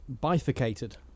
bifurcated